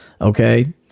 Okay